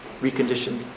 reconditioned